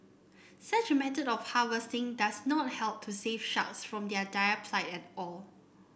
such a method of harvesting does not help to save sharks from their dire plight at all